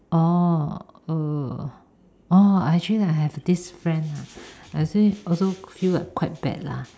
orh err orh actually I have this friend lah actually also feel like quite bad lah